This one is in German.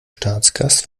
staatsgast